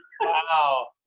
wow